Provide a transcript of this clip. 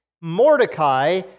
Mordecai